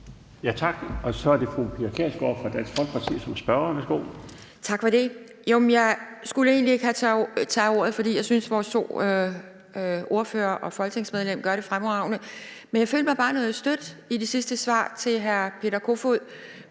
Tak. Så er det fru Pia Kjærsgaard fra Dansk Folkeparti som spørger.